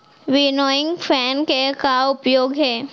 Winnowing fan के का उपयोग हे?